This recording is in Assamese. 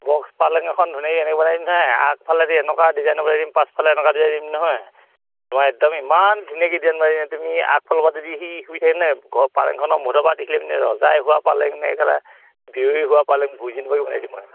বক্স পালেং এখন ধুনীয়াকৈ এনেকৈ বনাই দিম নহয় আগফালেদি এনেকুৱা ডিজাইনৰ বনাই দিম পাঁছফালে এনেকুৱা ডিজাইন দিম নহয় তোমাৰ একদম ইমান ধুনীয়াকৈ ডিজাইন মাৰি দিম তুমি আগফালৰ পৰা যদি সি শুই থাকে নহয় ঘৰ পালেংখনৰ মুধৰ পৰা দেখিলে মানে ৰজাই শুৱা পালেং নে কেলা বিয়ৈ শুৱা পালেং বুজি নোপোৱাকৈ বনাই দিম মই